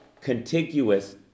contiguous